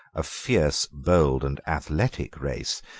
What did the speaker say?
a fierce, bold, and athletic race,